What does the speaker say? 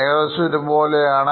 ഏകദേശം ഒരുപോലെയാണ്